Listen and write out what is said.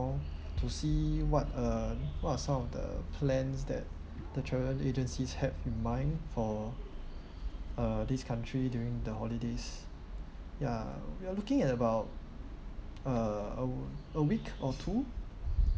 ~und to see what are what are some of the plans that the travel agencies have in mind for uh this country during the holidays ya we are looking at about uh uh a week or two